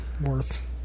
worth